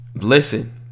Listen